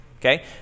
Okay